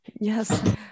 Yes